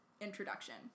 Introduction